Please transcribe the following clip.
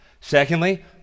Secondly